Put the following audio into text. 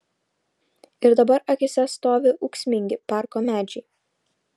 ir dabar akyse stovi ūksmingi parko medžiai